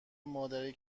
مادری